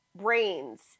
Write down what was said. brains